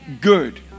good